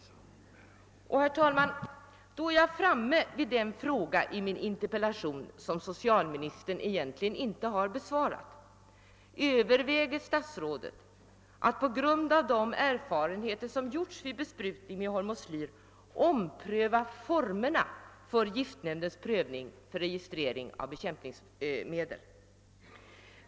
Herr talman! Därmed är jag framme vid den fråga i min interpellation som socialministern egentligen inte har besvarat: Överväger statsrådet att på grund av de erfarenheter som gjorts vid besprutning med Hormoslyr ompröva formerna för giftnämndens prövning för registrering av bekämpningsmedel?